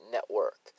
Network